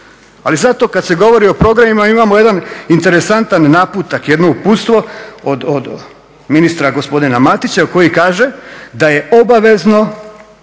Ali zato kad se govori o programima imamo jedan interesantan naputak, jedno uputstvo od ministra gospodina Matića koji kaže da je obavezno